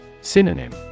Synonym